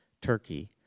Turkey